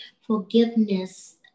forgiveness